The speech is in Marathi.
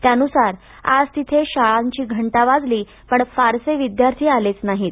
त्यानुसार आज तिथे शाळांची घंटा वाजली पण फारसे विद्यार्थी आलेच नाहीत